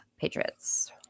Patriots